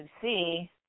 see